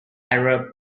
arab